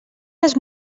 les